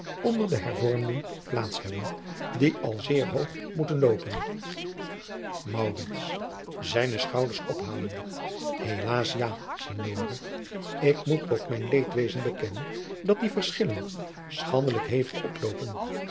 onder de hervormden plaats hebben die al zeer hoog moeten loopen maurits zijne schouders ophalende helaas ja signore ik moet tot mijn leedwezen bekennen dat die verschillen schandelijk hevig loopen